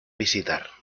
visitar